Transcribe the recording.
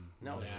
no